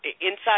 inside